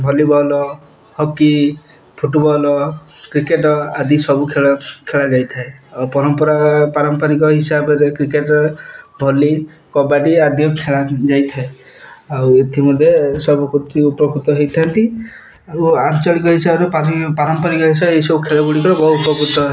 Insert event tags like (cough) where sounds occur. volleyball hockey football cricket ଆଦି ସବୁ ଖେଳ ଖେଳାଯାଇଥାଏ ଆଉ ପରମ୍ପରା ପାରମ୍ପରିକ ହିସାବରେ କ୍ରିକେଟ୍ ଭଲି କବାଡ଼ି ଆଦି ଖେଳା ଯାଇଥାଏ ଆଉ ଏଥିମଧ୍ୟ ସବୁ (unintelligible) ଉପକୃତ ହେଇଥାନ୍ତି ଆଉ ଆଞ୍ଚଳିକ ହିସାବରେ ପାରମ୍ପରିକ ହିସାବରେ ଏଇସବୁ ଖେଳ ଗୁଡ଼ିକର ବହୁ ଉପକୃତ